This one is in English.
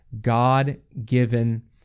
God-given